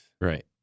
right